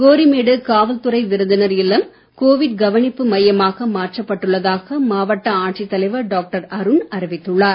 கோரிமேடு காவல்துறை விருந்தினர் இல்லம் கோவிட் கவனிப்பு மையமாக மாற்றப்பட்டுள்ளதாக மாவட்ட ஆட்சித்தலைவர் டாக்டர் அருண் அறிவித்துள்ளார்